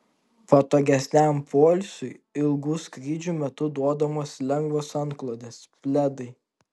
patogesniam poilsiui ilgų skrydžių metu duodamos lengvos antklodės pledai